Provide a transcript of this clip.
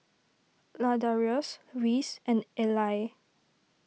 Ladarius Reese and Eli